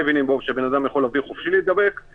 ברגע שיורדים מתחת ל-5% אז אפשר יותר להסתמך על הנתונים,